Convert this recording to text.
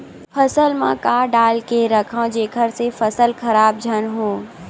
फसल म का डाल के रखव जेखर से फसल खराब झन हो?